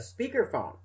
speakerphone